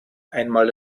einmal